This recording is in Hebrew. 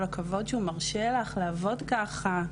כל הכבוד שהוא מרשה לך לעבוד ככה.